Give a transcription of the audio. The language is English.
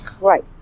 Right